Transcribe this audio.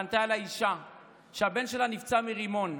פנתה אליי אישה שהבן שלה נפצע מרימון,